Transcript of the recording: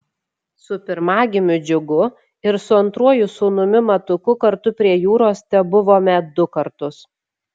su pirmagimiu džiugu ir su antruoju sūnumi matuku kartu prie jūros tebuvome du kartus